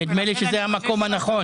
נדמה לי שזה המקום הנכון.